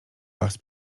was